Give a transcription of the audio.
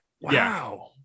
Wow